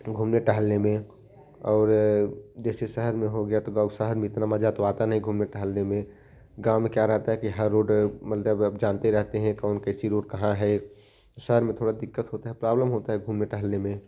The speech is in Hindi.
घूमने टहलने में और जैसे शहर में हो गया तो शहर में इतना मज़ा तो आता नहीं घूमने टहलने में गाँव में क्या रहता है कि रोड मतलब हम जानते रहते हैं कौन कैसी रोड कहाँ है शहर में थोड़ा दिक्कत होता है प्रोब्मल होता है घूमने टहलने में